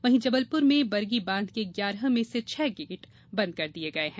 वहीं जबलपुर में बरगी बांध के ग्यारह में से छह गेट बन्द कर दिये गये हैं